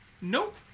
Nope